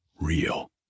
real